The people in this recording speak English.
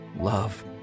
love